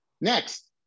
Next